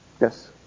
Yes